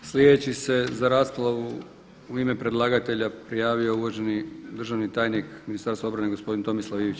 Sljedeći se za raspravu u ime predlagatelja prijavio uvaženi državni tajnik Ministarstva obrane gospodin Tomislav Ivić.